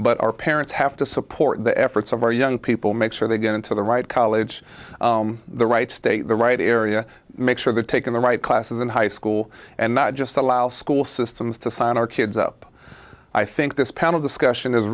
but our parents have to support the efforts of our young people make sure they get into the right college the right stay the right area make sure the taking the right classes in high school and not just allow school systems to sign our kids up i think this panel discussion is